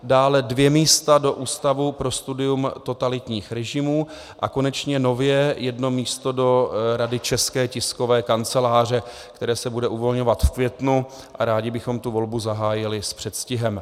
Dále dvě místa do Ústavu pro studium totalitních režimů a konečně nově jedno místo do Rady České tiskové kanceláře, které se bude uvolňovat v květnu, a rádi bychom tu volbu zahájili s předstihem.